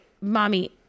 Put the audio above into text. Mommy